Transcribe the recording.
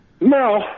No